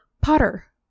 Potter